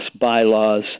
bylaws